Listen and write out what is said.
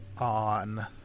on